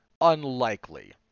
unlikely